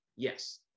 Yes